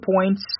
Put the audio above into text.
points